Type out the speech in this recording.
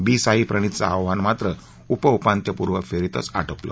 बी साई प्रणितचं आव्हान मात्र उपउपांत्यपूर्व फेरीतच आटोपलं